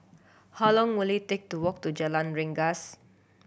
how long will it take to walk to Jalan Rengas